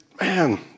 man